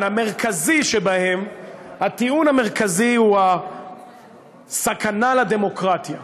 והמרכזי שבהם הוא כמובן: סכנה לדמוקרטיה.